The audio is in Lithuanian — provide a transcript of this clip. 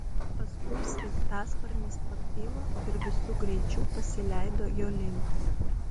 paskui sraigtasparnis pakilo ir visu greičiu pasileido jo link